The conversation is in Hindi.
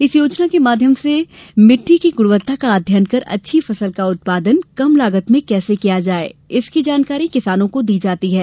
इस योजना के माध्यम से मिट्टी की गुणवत्ता का अध्ययन कर अच्छी फसल का उत्पादन कम लागत में कैसे किया जाये इसकी जानकारी किसानों को दी जाती है